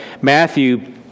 Matthew